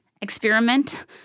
experiment